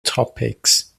topics